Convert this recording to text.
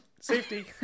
Safety